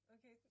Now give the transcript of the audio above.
Okay